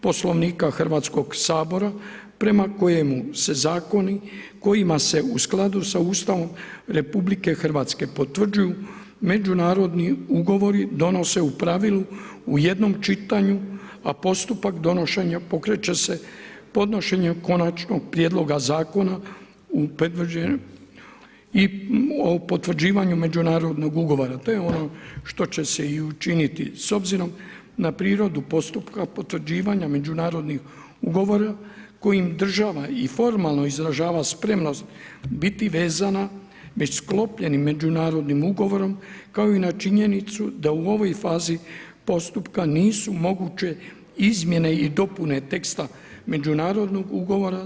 Poslovnika Hrvatskog sabora, prema kojemu se zakoni kojima se u skladu sa Ustavom RH, potvrđuju međunarodni ugovori, donose u pravilu u jednom čitanju, a postupak donošenja pokreće se podnošenje konačnog prijedloga zakona i potvrđivanju međunarodnog ugovora, te i ono što će se i učiniti s obzirom na prirodu postupku potvrđivanju međunarodnih ugovora, kojim država i formalno izražava spremnost biti vezana već sklopljenim međunarodnim ugovorom, kao i na činjenicu da u ovoj fazi, postupka nisu moguće izmjene i dopune teksta međunarodnog ugovora.